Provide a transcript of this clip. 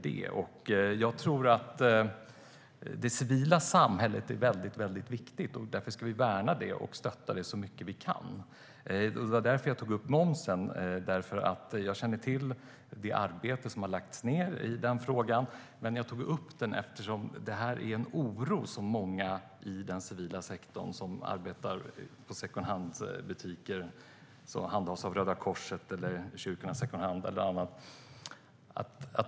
Det civila samhället är väldigt viktigt. Därför ska vi värna det och stötta det så mycket vi kan. Det var därför jag tog upp frågan om momsen. Jag känner till det arbete som har lagts ned i den frågan. Jag tog upp den eftersom det är en oro som många i den civila sektorn känner som arbetar i secondhandbutiker som handhas av Röda Korset, Kyrkornas Secondhand eller andra.